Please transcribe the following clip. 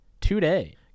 today